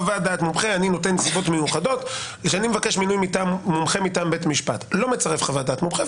וכשאני מבקש מומחה מטעם בית משפט ולא מצרף חוות דעת מומחה,